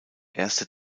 erste